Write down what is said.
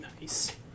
Nice